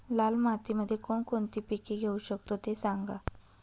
लाल मातीमध्ये कोणकोणती पिके घेऊ शकतो, ते सांगा